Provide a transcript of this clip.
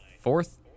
fourth